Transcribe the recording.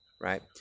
right